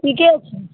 ठीके छै